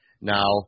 Now